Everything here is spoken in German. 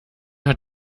hat